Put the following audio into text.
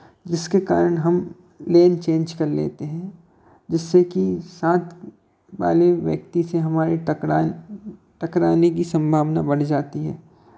जिसके कारण हम लेन चेंज कर लेते हैं जिससे कि साथ वाले व्यक्ति से हमारी टकरा टकराने की संभावना बढ़ जाती है